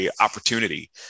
opportunity